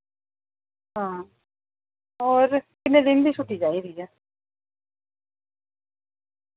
हां और किन्ने दिन दी छुट्टी चाहिदी ऐ